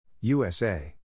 USA